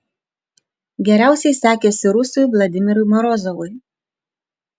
geriausiai sekėsi rusui vladimirui morozovui